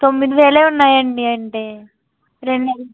తొమ్మిది వేలు ఉన్నాయండి అంటే రెండు నెలలు